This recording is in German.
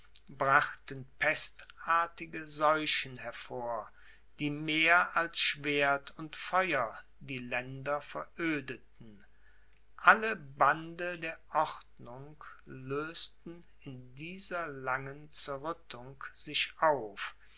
brachten pestartige seuchen hervor die mehr als schwert und feuer die länder verödeten alle bande der ordnung lösten in dieser langen zerrüttung sich auf